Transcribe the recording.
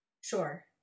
Sure